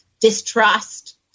distrust